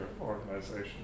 organization